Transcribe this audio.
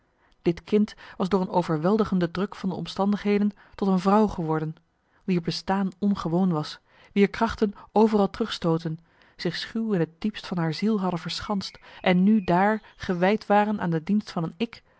dit kind was door een overweldigende druk van de omstandigheden tot een vrouw geworden wier bestaan ongewoon was wier krachten overal teruggestooten zich schuw in het diepst van haar ziel hadden verschanst en nu daar gewijd waren aan de dienst van een ik